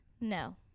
No